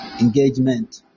engagement